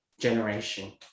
generation